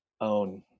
own